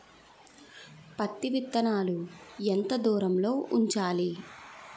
పత్తి విత్తనాలు ఎంత దూరంలో ఉంచాలి?